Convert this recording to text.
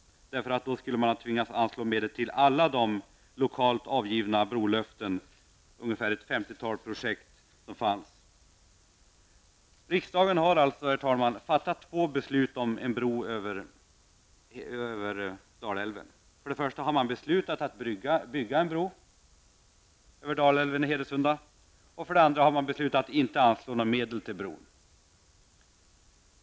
Annars skulle man ha varit tvungen att anslå medel till alla de lokalt avgivna brolöften, ett femtiotal projekt, som fanns. Riksdagen har alltså fattat två beslut om en bro över Dalälven: för det första har man fattat beslut om att bygga en bro över Dalälven i Hedesunda, för det andra har man beslutat att inte anslå några medel till bron.